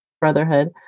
brotherhood